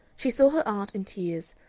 she saw her aunt in tears,